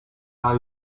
are